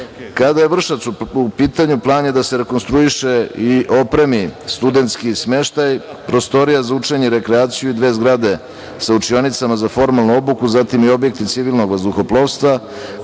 je Vršac u pitanju, plan je da se rekonstruiše i opremi studenski smeštaj, prostorija za učenje i rekreaciju i dve zgrade sa učionicama za formalnu obuku, zatim i objekti civilnog vazduhoplovstva,